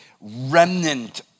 remnant